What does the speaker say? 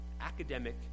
academic